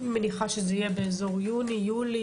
אני מניחה באזור יוני-יולי,